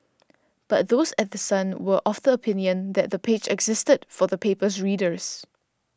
but those at The Sun were of the opinion that the page existed for the paper's readers